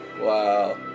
Wow